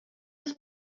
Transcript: its